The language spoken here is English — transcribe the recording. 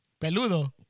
Peludo